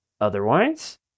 otherwise